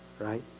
Right